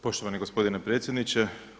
Poštovani gospodine predsjedniče.